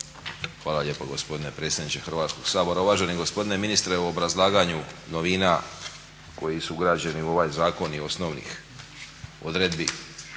Hvala lijepo gospodine predsjedniče Hrvatskog sabora. Uvaženi gospodine ministre u obrazlaganju novina koji su ugrađeni u ovaj zakon i osnovnih odredbi